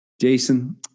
Jason